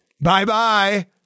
Bye-bye